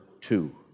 two